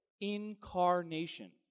incarnation